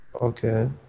Okay